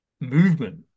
movement